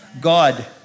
God